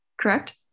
correct